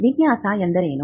ವಿನ್ಯಾಸ ಎಂದರೇನು